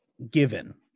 given